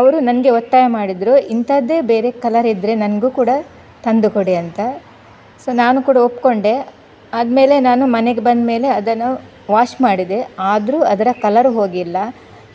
ಅವರು ನನಗೆ ಒತ್ತಾಯ ಮಾಡಿದರು ಇಂಥದ್ದೇ ಬೇರೆ ಕಲರ್ ಇದ್ರೆ ನನಗು ಕೂಡಾ ತಂದು ಕೊಡಿ ಅಂತ ಸೊ ನಾನು ಕೂಡ ಒಪ್ಕೊಂಡೆ ಆದಮೇಲೆ ನಾನು ಮನೆಗೆ ಬಂದಮೇಲೆ ಅದನ್ನು ವಾಶ್ ಮಾಡಿದೆ ಆದರೂ ಅದರ ಕಲರ್ ಹೋಗಿಲ್ಲ